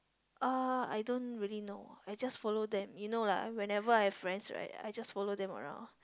uh I don't really know I just follow them you know lah whenever I have friends right I just follow them around